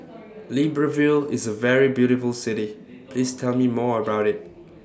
Libreville IS A very beautiful City Please Tell Me More about IT